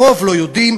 הרוב לא יודעים,